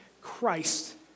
Christ